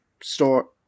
store